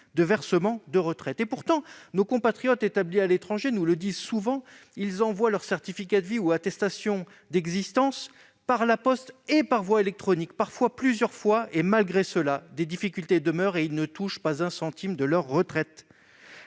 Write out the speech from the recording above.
de versement de retraite. Pourtant, nos compatriotes établis à l'étranger soulignent souvent qu'ils envoient leurs certificats de vie ou attestations d'existence par la poste et par voie électronique, parfois à plusieurs reprises. Malgré cela, des difficultés demeurent et ils ne touchent pas un centime de leur retraite.